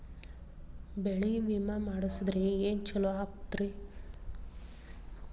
ಬೆಳಿ ವಿಮೆ ಮಾಡಿಸಿದ್ರ ಏನ್ ಛಲೋ ಆಕತ್ರಿ?